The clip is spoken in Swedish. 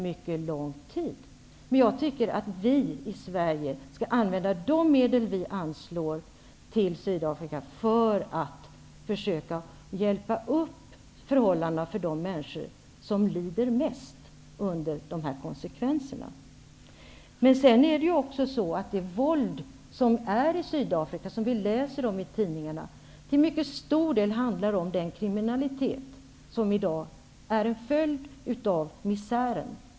Men jag tycker att vi i Sverige skall använda de medel som vi anslår till Sydafrika för att försöka hjälpa upp förhållandena för de människor som lider mest av dessa konsekvenser. Det våld i Sydafrika som vi läser om i tidningarna beror till mycket stor del på den kriminalitet som i dag är en följd av misären.